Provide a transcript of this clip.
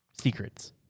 Secrets